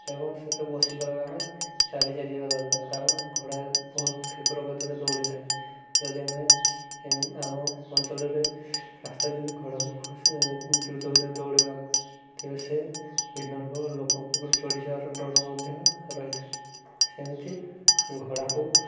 ଏବଂ ସେଥିରେ ବସିଗଲା ଆମେ ଚାଲି ଚାଲିିବା ଦରକାର କାରଣ ଘୋଡ଼ା ବହୁତ କ୍ଷିପ୍ର ଗତିରେ ଦୌଡ଼ିଥାଏ ଯଦି ଆମେ ଆମ ଅଞ୍ଚଳରେ ରାସ୍ତାରେ ଯଦି ଘୋଡ଼ା ଦ୍ରୁତ ଦୌଡ଼ିବା ତେବେ ସେ ବିଭିନ୍ନ ଲୋକଙ୍କ ଉପରେ ଚଢ଼ିଯିବାର ଡର ମଧ୍ୟ ରହିଥାଏ ସେମିତି ଘୋଡ଼ାକୁ